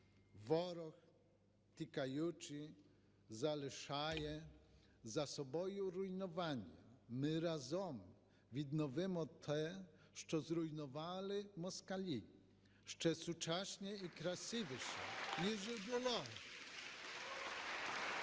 Ворог, тікаючи, залишає за собою руйнування. Ми разом відновимо те, що зруйнували москалі, ще сучасніше і красивіше, ніж було.